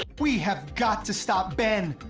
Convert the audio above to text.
we have got to stop ben.